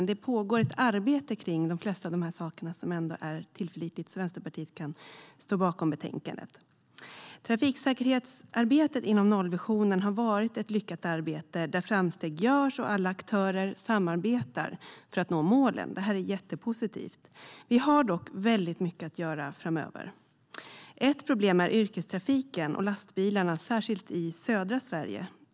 Det pågår dock ett arbete med de flesta av dessa saker som är tillförlitligt, så Vänsterpartiet kan stå bakom utskottets förslag i betänkandet. Ett problem är yrkestrafiken och lastbilarna, särskilt i södra Sverige.